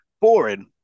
boring